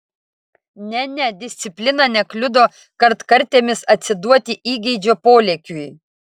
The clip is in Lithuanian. ne ne disciplina nekliudo kartkartėmis atsiduoti įgeidžio polėkiui